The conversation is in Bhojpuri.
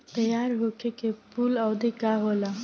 तैयार होखे के कूल अवधि का होला?